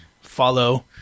follow